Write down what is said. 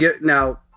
Now